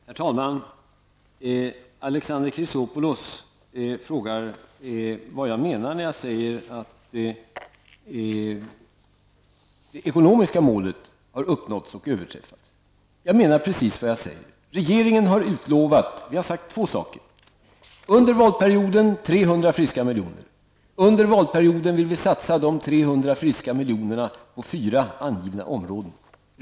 Herr talman! Alexander Chrisopoulos frågar vad jag menar när jag säger att det ekonomiska målet har uppnåtts och överträffats. Jag menar precis vad jag säger. Regeringen har sagt två saker. Under mandatperioden vill vi satsa 300 friska miljoner, och dessa miljoner skall satsas på fyra angivna områden.